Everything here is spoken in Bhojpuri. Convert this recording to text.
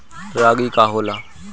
रागी का होला?